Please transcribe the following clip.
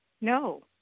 No